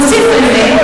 נוסיף לזה,